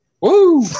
Woo